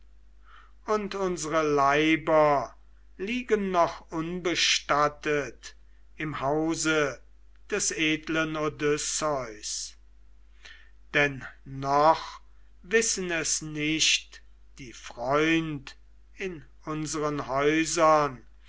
und unsere leiber liegen noch unbestattet im hause des edlen odysseus denn noch wissen es nicht die freund in unseren häusern